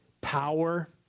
power